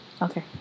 Okay